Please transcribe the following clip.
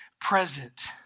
present